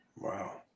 Wow